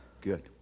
Good